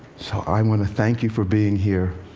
so i want to thank you for being here